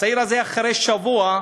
הצעיר הזה, אחרי שבוע,